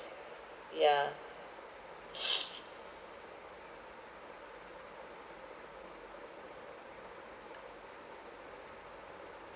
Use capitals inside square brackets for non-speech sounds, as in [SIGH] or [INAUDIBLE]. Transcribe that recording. yeah [NOISE]